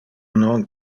non